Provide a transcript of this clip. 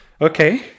Okay